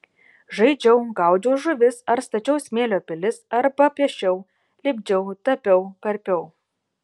žaidžiau gaudžiau žuvis ar stačiau smėlio pilis arba piešiau lipdžiau tapiau karpiau